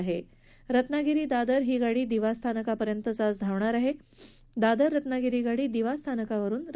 आज रत्नागिरी दादर ही गाडी दीवा स्थानकापर्यंत धावेल तर दादर रत्नागिरी गाडी दिवा स्थानका वरुन सुटेल